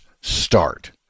start